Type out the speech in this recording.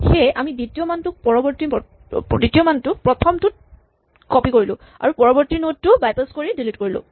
সেয়ে আমি দ্বিতীয় মানটোক প্ৰথমটোত কপি কৰিলোঁ আৰু পৰৱৰ্তী নড টো বাইপাছ কৰি ডিলিট কৰিলোঁ